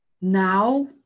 Now